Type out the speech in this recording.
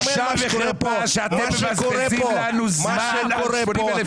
זה בושה וחרפה שאתם מבזבזים לנו זמן על שטויות.